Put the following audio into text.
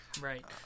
Right